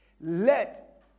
Let